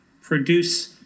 produce